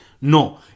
No